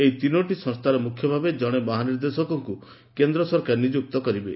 ଏହି ତିନୋଟି ସଂସ୍କାର ମୁଖ୍ୟ ଭାବେ ଜଣେ ମହାନିର୍ଦ୍ଦେଶକଙ୍କୁ କେନ୍ଦ୍ରସରକାର ନିଯୁକ୍ତ କରିବେ